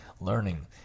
learning